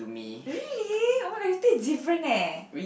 really oh-my-god it taste different eh